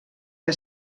que